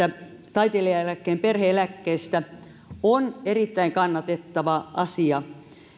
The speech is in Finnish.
taiteilijaeläkkeen perusteella myönnettävästä perhe eläkkeestä on erittäin kannatettava asia